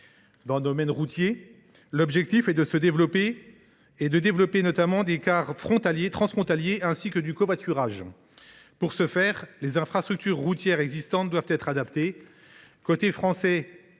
Dans le domaine routier, l’objectif est de développer des lignes de cars transfrontaliers, ainsi que le covoiturage. Pour ce faire, les infrastructures routières existantes doivent être adaptées : côté français,